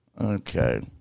Okay